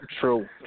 True